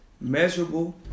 measurable